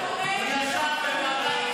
ואם את לא טועה,